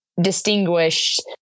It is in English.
distinguished